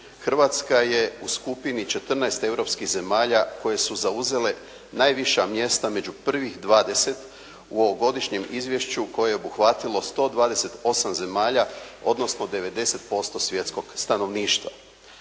Hrvatska je u skupini 14 europskih zemalja koje su zauzele najviša mjesta među prvih 20 u ovogodišnjem izvješću koje je obuhvatilo 128 zemalja, odnosno 90% svjetskog stanovništva.